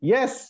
Yes